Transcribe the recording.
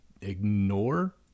ignore